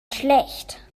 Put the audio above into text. schlecht